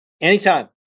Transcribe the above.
Anytime